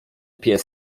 pies